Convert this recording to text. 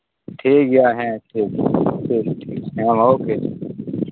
ᱴᱷᱤᱠ ᱜᱮᱭᱟ ᱦᱮᱸ ᱴᱷᱤᱠ ᱦᱮᱸ ᱢᱟ ᱳᱠᱮᱹ